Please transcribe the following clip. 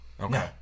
Okay